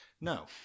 No